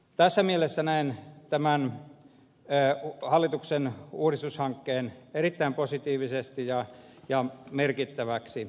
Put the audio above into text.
tässä mielessä näen tämän hallituksen uudistushankkeen erittäin positiiviseksi ja merkittäväksi